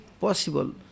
possible